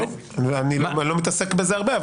אני לא מתעסק בזה הרבה,